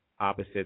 opposite